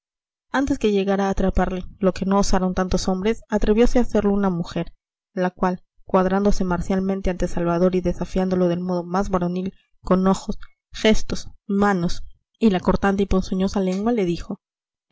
antes que llegara a atraparle lo que no osaron tantos hombres atreviose a hacerlo una mujer la cual cuadrándose marcialmente ante salvador y desafiándolo del modo más varonil con ojos gestos manos y la cortante y ponzoñosa lengua le dijo